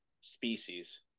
species